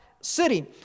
city